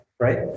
Right